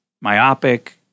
myopic